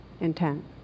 intent